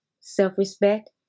self-respect